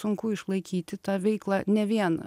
sunku išlaikyti tą veiklą ne vien